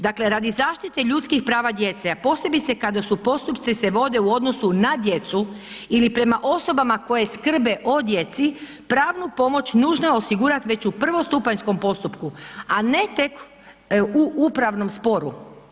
Dakle, radi zaštite ljudskih prava djece, a posebice kada su u postupci se vode u odnosu na djecu ili prema osobama koje skrbe o djeci, pravnu pomoć nužno je osigurati već u prvostupanjskom postupku, a ne tek u upravnom sporu.